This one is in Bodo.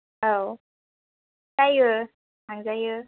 औ जायो थांजायो